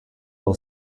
will